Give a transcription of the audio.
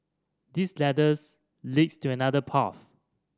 this ladders leads to another path